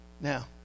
Now